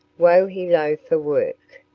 wo-he-lo for work,